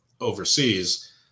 overseas